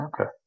Okay